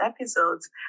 episodes